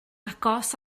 agos